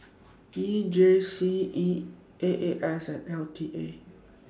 E J C E A A S and L T A